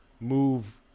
move